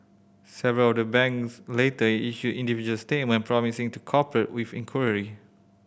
several of the banks later issued individual statement promising to cooperate with the inquiry